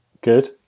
Good